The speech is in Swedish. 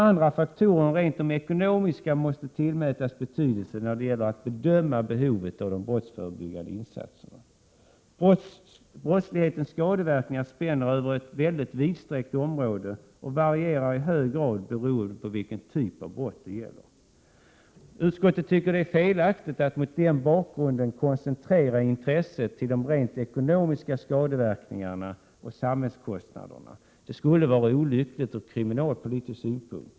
Andra faktorer än de rent ekonomiska måste också tillmätas betydelse när det gäller att bedöma behovet av brottsförebyggande insatser. Brottslighetens skadeverkningar spänner Över ett mycket vidsträckt område och varierar i hög grad beroende på vilken typ av brott det gäller. Mot den bakgrunden tycker utskottet att det är felaktigt att koncentrera intresset till de rent ekonomiska skadeverkningarna, samhällskostnaderna. Utskottsmajoriteten hävdar att det skulle vara olyckligt ur kriminalpolitisk synpunkt.